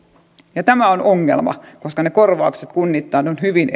ja tämä on ongelma koska ne korvaukset kunnittain ovat hyvin